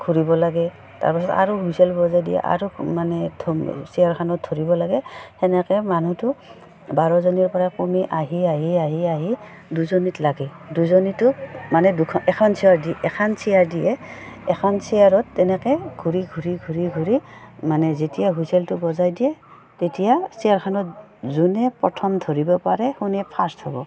ঘূৰিব লাগে তাৰপাছত আৰু হুইচেল বজাই দিয়ে আৰু মানে ধ চেয়াৰখানত ধৰিব লাগে তেনেকৈ মানুহটো বাৰজনীৰ পৰা কমি আহি আহি আহি আহি দুজনীত লাগে দুজনীটোক মানে দুখন এখন চেয়াৰ দি এখন চেয়াৰ দিয়ে এখন চেয়াৰত তেনেকৈ ঘূৰি ঘূৰি ঘূৰি ঘূৰি মানে যেতিয়া হুইচেলটো বজাই দিয়ে তেতিয়া চেয়াৰখানত যোনে প্ৰথম ধৰিব পাৰে শোনে ফাৰ্ষ্ট হ'ব